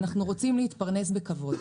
אנחנו רוצים להתפרנס בכבוד.